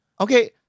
Okay